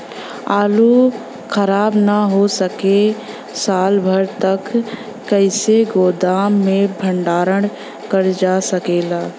आलू खराब न हो सके साल भर तक कइसे गोदाम मे भण्डारण कर जा सकेला?